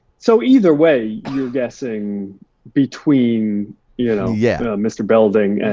so either way, you're guessing between you know yeah mr. belding,